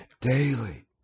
daily